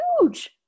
huge